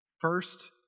First